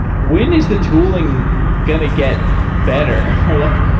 when is the tooling going to get better? or like